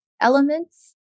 elements